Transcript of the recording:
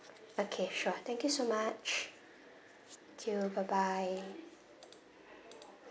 okay sure thank you so much thank you bye bye